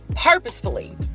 purposefully